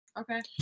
Okay